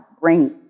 bring